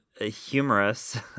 humorous